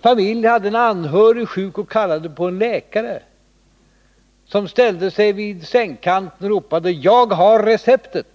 familj hade en sjuk anhörig och kallade på en läkare som ställde sig vid sängkanten och ropade: Jag har receptet!